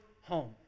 home